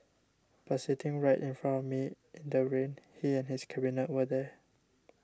but sitting right in front of me in the rain he and his cabinet were there